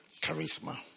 Charisma